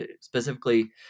specifically